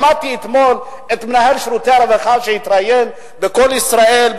שמעתי אתמול את מנהל שירותי הרווחה שהתראיין ב"קול ישראל",